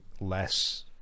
less